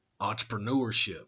entrepreneurship